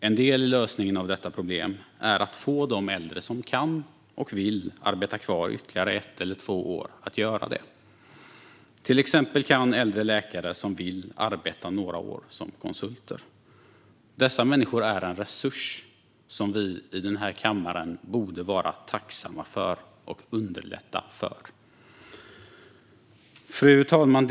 En del i lösningen av detta problem är att få de äldre som kan och vill arbeta kvar ytterligare ett eller två år att göra det. Till exempel kan äldre läkare som vill arbeta några år som konsulter. Dessa människor är en resurs som vi i den här kammaren borde vara tacksamma för och underlätta för. Fru talman!